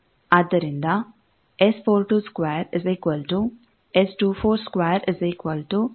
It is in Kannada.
ಆದ್ದರಿಂದ |S4 2|2|S2 4|20